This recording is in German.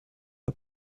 der